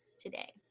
today